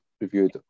reviewed